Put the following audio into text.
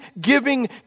giving